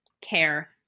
care